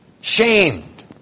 shamed